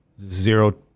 zero